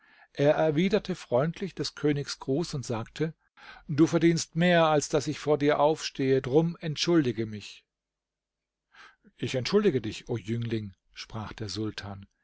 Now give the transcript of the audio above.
er erwiderte freundlich des königs gruß und sagte du verdienst mehr als daß ich vor dir aufstehe drum entschuldige mich ich entschuldige dich o jüngling sprach der sultan